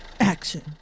action